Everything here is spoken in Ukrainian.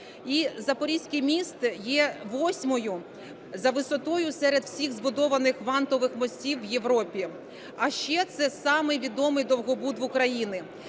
І запорізький міст є восьмим за висотою серед всіх збудованих вантових мостів в Європі, а ще це самий відомий довгобуд в Україні.